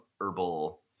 herbal